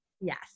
Yes